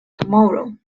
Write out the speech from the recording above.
tomorrow